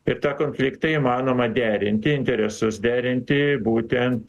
ir tą konfliktą įmanoma derinti interesus derinti būtent